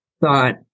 thought